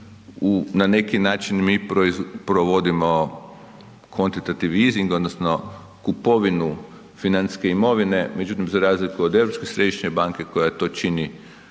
Na neki način mi provodimo kontitativizing odnosno kupovinu financijske imovine, međutim za razliku od Europske središnje banke koja to čini otkupom